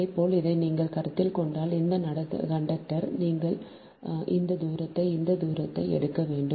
அதேபோல் இதை நீங்கள் கருத்தில் கொண்டால் இந்த கண்டக்டர் நீங்கள் இந்த தூரத்தையும் இந்த தூரத்தையும் எடுக்க வேண்டும்